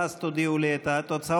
ואז תודיעו לי מהן התוצאות.